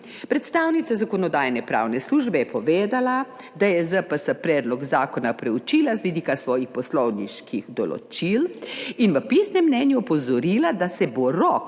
Predstavnica Zakonodajno-pravne službe je povedala, da je ZPS predlog zakona preučila z vidika svojih poslovniških določil in v pisnem mnenju opozorila, da se bo rok,